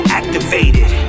activated